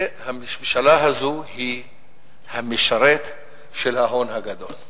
הממשלה הזו היא המשרת של ההון הגדול,